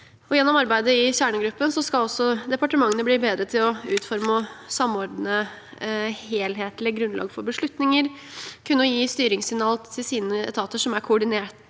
Gjennom arbeidet i kjernegruppen skal departementene bli bedre til å utforme og samordne helhetlige grunnlag for beslutninger, kunne gi styringssignal til sine etater som er koordinerte,